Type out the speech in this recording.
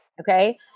Okay